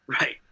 right